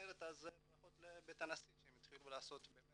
אז ברכות לבית הנשיא שהם התחילו לעשות מה